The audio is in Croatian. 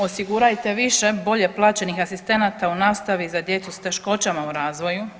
Osigurajte više bolje plaćenih asistenata u nastavi za djecu s teškoćama u razvoju.